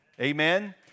Amen